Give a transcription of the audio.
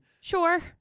Sure